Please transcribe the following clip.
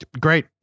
Great